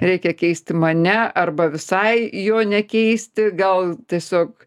reikia keisti mane arba visai jo nekeisti gal tiesiog